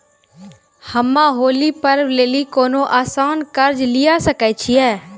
हम्मय होली पर्व लेली कोनो आसान कर्ज लिये सकय छियै?